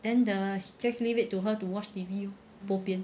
then the just leave it to her to watch T_V lor bo pian